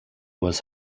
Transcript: was